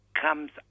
comes